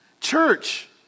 Church